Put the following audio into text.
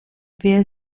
wir